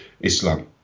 Islam